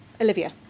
Olivia